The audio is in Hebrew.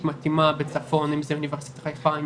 מתאימה בצפון אם זה אוניברסיטת חיפה,